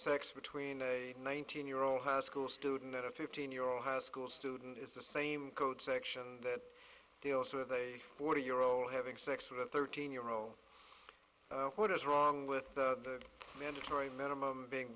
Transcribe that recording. sex between a nineteen year old high school student and a fifteen year old high school student is the same code section that deals with a forty year old having sex with a thirteen year old what is wrong with the mandatory minimum being